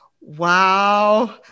wow